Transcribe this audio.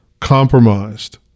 compromised